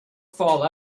fall